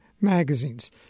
magazines